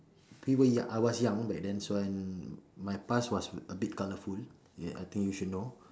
we were young I was young back then so when my past was a bit colourful ya I think you should know